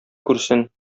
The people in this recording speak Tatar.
күрсен